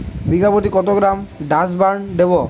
বিঘাপ্রতি কত gram Dursban দেবো?